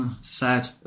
sad